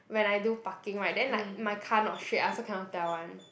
when I do parking [right] then like my car not straight I also cannot tell [one]